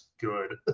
good